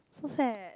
so sad